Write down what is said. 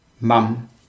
mum